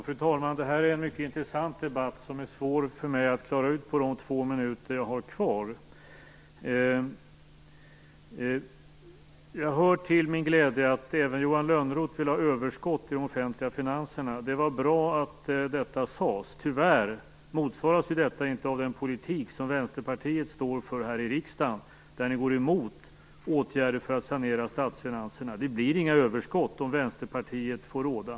Fru talman! Detta är en mycket intressant debatt, som är svår för mig att klara ut på de två minuters taletid jag har kvar. Jag hör till min glädje att även Johan Lönnroth vill ha överskott i de offentliga finanserna. Det var bra att han sade det. Tyvärr motsvaras det inte av den politik Vänsterpartiet står för här i riksdagen, där partiet går emot åtgärder för att sanera statsfinanserna. Det blir inga överskott om Vänsterpartiet får råda.